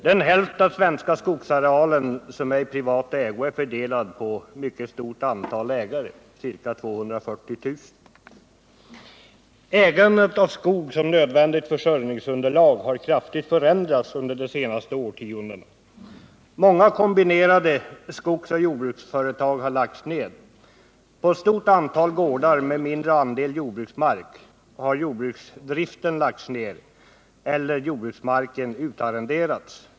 Den hälft av svenska skogsarealen som är i privat ägo är fördelad på ett mycket stort antal ägare — ca 240 000. Ägandet av skog som nödvändigt försörjningsunderlag har kraftigt förändrats under senaste årtiondena. Många kombinerade skogsoch jordbruksföretag har lagts ned. På ett stort antal gårdar med mindre andel jordbruksmark har jordbruksdriften lagts ner eller jordbruksmarken utarrenderats.